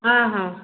ହଁ ହଁ